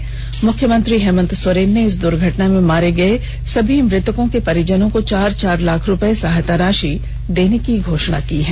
वहीं मुख्यमंत्री हेमंत सोरेन ने इस द्र्घटना में मारे गये सभी मृतकों के परिजनों को चार चार लाख रूप्ये सहायता राषि देने की घोषणा की है